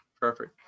perfect